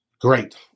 great